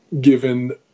given